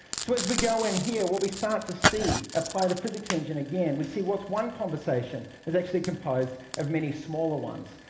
so as we go in here, what we start to see, apply the physics engine again, we see what's one conversation is actually composed of many smaller ones.